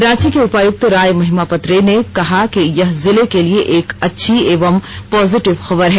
रांची के उपायुक्त राय महिमापत रे ने कहा कि यह जिले के लिए एक अच्छी एवं पॉजिटिव खबर है